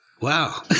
Wow